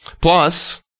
Plus